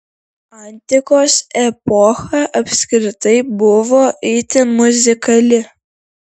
antikos epocha apskritai buvo itin muzikali